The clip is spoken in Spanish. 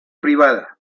privada